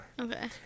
Okay